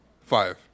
Five